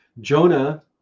Jonah